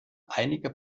einige